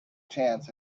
chance